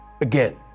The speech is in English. Again